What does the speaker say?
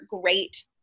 great